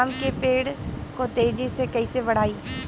आम के पेड़ को तेजी से कईसे बढ़ाई?